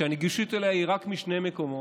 שגישה אליה היא רק משני מקומות,